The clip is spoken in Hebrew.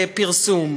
ופרסום.